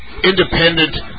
Independent